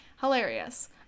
hilarious